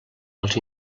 els